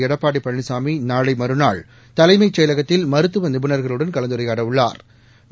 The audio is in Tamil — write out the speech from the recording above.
எடப்பாடி பழனிசாமி நாளை மறுநாள் தலைமைச் செயலகத்தில் மருத்துவ நிபுணாகளுடன் கலந்துரையாட உள்ளா்